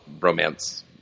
romance